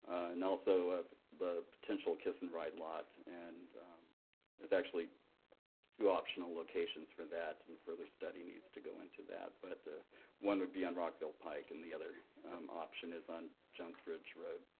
and also the potential kiss and ride lot, and there's actually two optional locations for that, and further study needs to go into that. but one would be on rockville pike, and the other option is on jones bridge road.